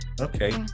Okay